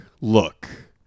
look